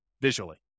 visually